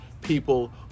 people